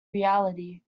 reality